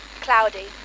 cloudy